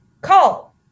Call